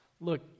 look